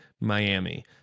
Miami